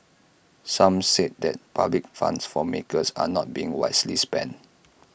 some said that public funds for makers are not being wisely spent